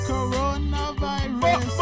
Coronavirus